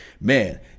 Man